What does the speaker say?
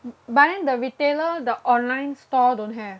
b~ but then the retailer the online store don't have